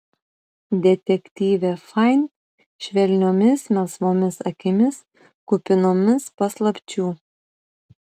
detektyvė fain švelniomis melsvomis akimis kupinomis paslapčių